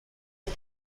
and